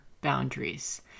boundaries